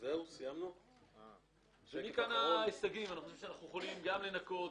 אנחנו במהלך הזה יכולים לנקות,